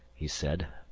he said.